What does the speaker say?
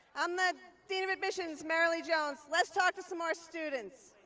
i'm the dean of admissions, marilee jones. let's talk to some more students.